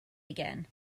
again